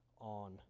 on